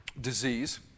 disease